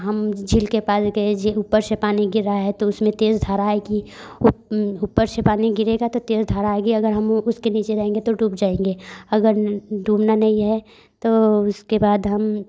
आ हम उस झील के पानी के झील ऊपर से पानी गिर रहा है तो उसमें तेज़ धारा आएगी ऊप ऊपर से पानी गिरेगा तो तेज़ धारा आएगी अगर हम उसके नीचे रहेंगे तो डूब जाएँगे अगर डूबना नहीं है तो उसके बाद हम